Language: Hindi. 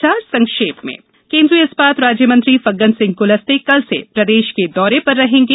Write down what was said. समाचार संक्षेप में केन्द्रीय इस्पात राज्य मंत्री फग्गन सिंह कुलस्ते कल से प्रदेश के दौरे पर रहेंगे